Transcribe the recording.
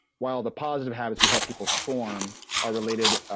while the positive habits we help people form are related,